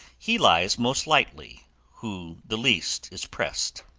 he lies most lightly who the least is pressed.